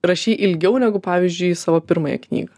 rašei ilgiau negu pavyzdžiui savo pirmąją knygą